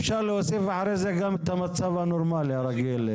אפשר להוסיף אחר כך גם את המצב הנורמלי הרגיל.